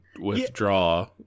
withdraw